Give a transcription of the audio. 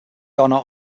honour